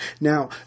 Now